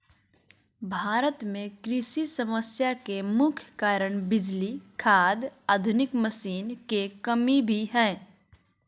भारत में कृषि समस्या के मुख्य कारण बिजली, खाद, आधुनिक मशीन के कमी भी हय